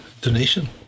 donation